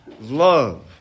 love